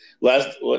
Last